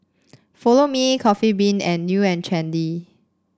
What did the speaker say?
Follow Me Coffee Bean and New And Trendy